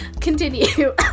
continue